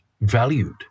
valued